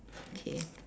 okay